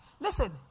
Listen